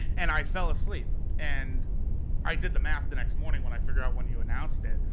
and i fell asleep. and i did the math the next morning when i figured out when you announced it.